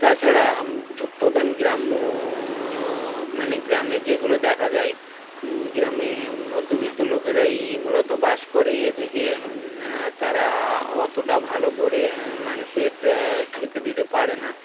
তাছাড়া প্রধান গ্রাম্য মানে গ্রামে যেগুলো দেখা যায় গ্রামে মধ্যবিত্ত লোকেরাই এই মূলত বাস করে এ থেকে তারা অতটা ভালো করে মানুষের খেতে দিতে পারে না